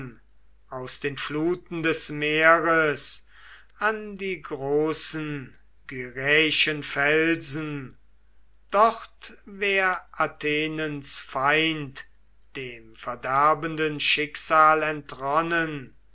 aus den fluten des meers an die großen gyraiischen felsen dort wär athenens feind dem verderbenden schicksal entronnen